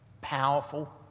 powerful